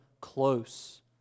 close